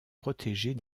protéger